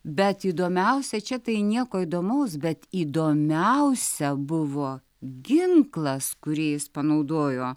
bet įdomiausia čia tai nieko įdomaus bet įdomiausia buvo ginklas kurį jis panaudojo